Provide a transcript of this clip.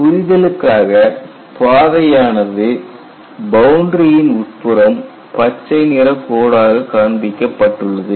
புரிதலுக்காக பாதையானது பவுண்டரி யின் உட்புறம் பச்சை நிற கோடாக காண்பிக்கப்பட்டுள்ளது